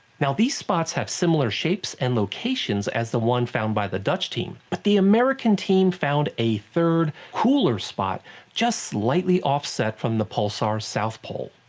now these spots have similar shapes and locations as the ones found by the dutch team. but the american team found a third, cooler spot just slightly offset from the pulsar's south pole.